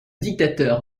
dictateur